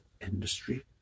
industry